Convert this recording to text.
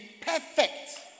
perfect